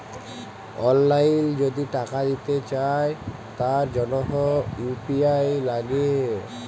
অললাইল যদি টাকা দিতে চায় তার জনহ ইউ.পি.আই লাগে